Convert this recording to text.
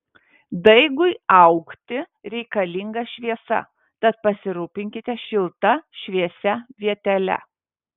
daigui augti reikalinga šviesa tad pasirūpinkite šilta šviesia vietele